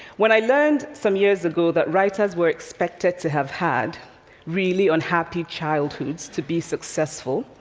when i learned, some years ago, that writers were expected to have had really unhappy childhoods to be successful,